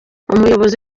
umuyobozi